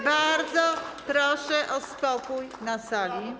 Bardzo proszę o spokój na sali.